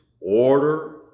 order